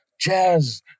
jazz